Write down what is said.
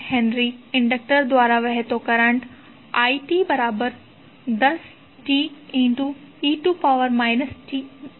1 H inductor દ્વારા વહેતો current છે it10te 5t A